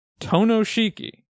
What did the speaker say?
Tonoshiki